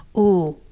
ooh,